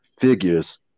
figures